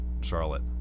Charlotte